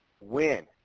Win